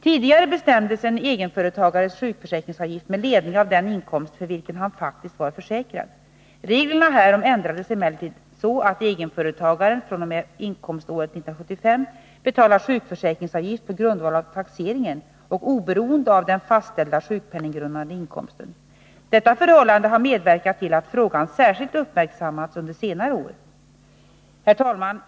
Tidigare bestämdes en egenföretagares sjukförsäkringsavgift med ledning av den inkomst för vilken han faktiskt var försäkrad. Reglerna härom ändrades emellertid så att egenföretagaren fr.o.m. inkomståret 1975 betalar sjukförsäkringsavgift på grundval av taxeringen och oberoende av den fastställda sjukpenninggrundande inkomsten. Detta förhållande har medverkat till att frågan särskilt uppmärksammats under senare år.